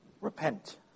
repent